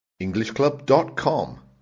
Englishclub.com